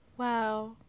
Wow